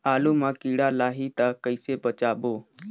आलू मां कीड़ा लाही ता कइसे बचाबो?